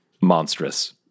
monstrous